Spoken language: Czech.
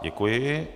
Děkuji.